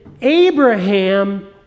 Abraham